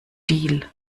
deal